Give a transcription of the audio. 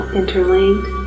interlinked